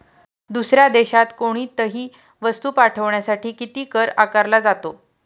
दुसऱ्या देशात कोणीतही वस्तू पाठविण्यासाठी किती कर आकारला जातो?